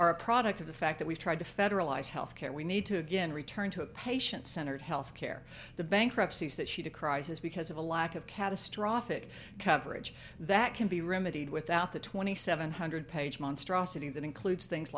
are a product of the fact that we've tried to federalize health care we need to again return to a patient centered health care the bankruptcy said she'd a crisis because of a lack of catastrophic coverage that can be remedied without the twenty seven hundred page monstrosity that includes things